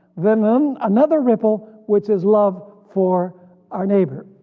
then then another ripple which is love for our neighbor